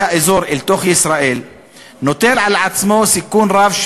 האזור אל תוך ישראל נוטל על עצמו סיכון רב,